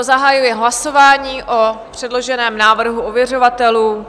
Zahajuji hlasování o předloženém návrhu ověřovatelů.